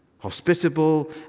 hospitable